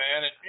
man